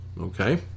Okay